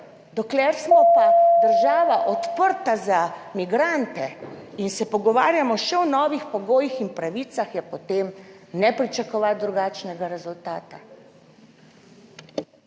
dokler smo pa država odprta za migrante in se pogovarjamo še o novih pogojih in pravicah, je potem ne pričakovati drugačnega rezultata.